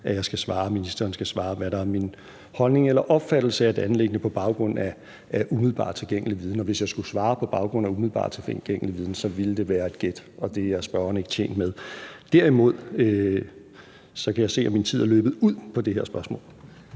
at jeg som minister skal svare på, hvad der er min holdning eller opfattelse af et anliggende på baggrund af umiddelbart tilgængelig viden. Og hvis jeg skulle svare på baggrund af umiddelbart tilgængelig viden, ville det være et gæt, og det er spørgeren ikke tjent med. Derimod kan jeg se, at min tid er løbet ud på det her spørgsmål.